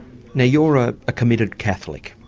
now you're a committed catholic.